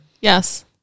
Yes